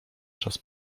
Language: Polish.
czas